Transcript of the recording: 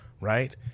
Right